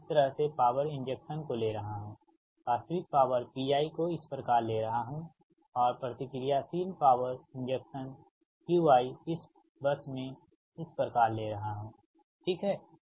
तो मैं इस तरह से पॉवर इंजेक्शन को ले रहा हूँ वास्तविक पॉवर Piको इस प्रकार ले रहा हूँ और प्रतिक्रियाशील पॉवर इंजेक्शन Qi इस बस में इस प्रकार ले रहा हूँ ठीक है